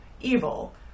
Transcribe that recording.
evil